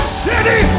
city